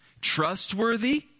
trustworthy